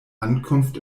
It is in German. ankunft